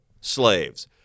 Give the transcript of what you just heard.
slaves